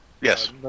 yes